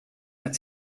hat